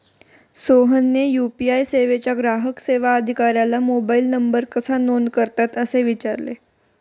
सोहनने यू.पी.आय सेवेच्या ग्राहक सेवा अधिकाऱ्याला मोबाइल नंबर कसा नोंद करतात असे विचारले